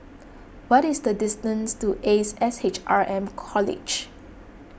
what is the distance to Ace S H R M College